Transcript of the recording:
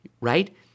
Right